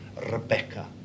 Rebecca